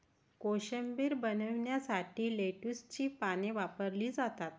कोशिंबीर बनवण्यासाठी लेट्युसची पाने वापरली जातात